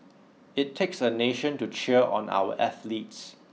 it takes a nation to cheer on our athletes